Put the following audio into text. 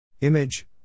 Image